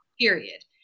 Period